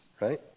right